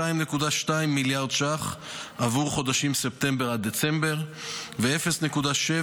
2.2 מיליארד ש"ח עבור חודשים ספטמבר עד דצמבר ו-0.7